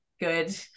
good